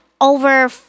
over